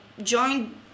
joined